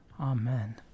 amen